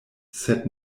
sed